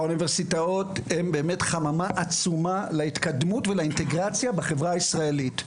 האוניברסיטאות הן באמת חממה עצומה להתקדמות ולאינטגרציה בחברה הישראלית.